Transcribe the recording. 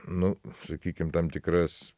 na sakykim tam tikras